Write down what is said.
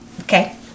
Okay